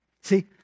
See